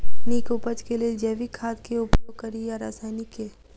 नीक उपज केँ लेल जैविक खाद केँ उपयोग कड़ी या रासायनिक केँ?